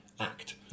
act